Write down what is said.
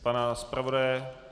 Pana zpravodaje?